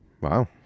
Wow